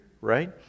right